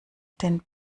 den